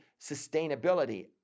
sustainability